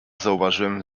zauważyłem